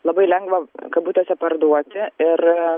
labai lengva kabutėse parduoti ir